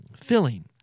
filling